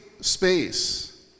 space